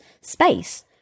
space